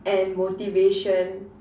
and motivation